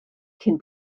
cyn